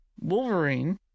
Wolverine